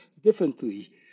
differently